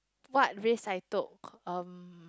what risk I took um